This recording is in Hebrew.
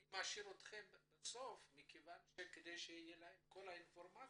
אני משאיר אתכם לסוף כדי שתהיה לכם את כל האינפורמציה,